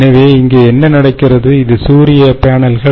எனவே இங்கே என்ன நடக்கிறது இது சூரிய பேனல்கள்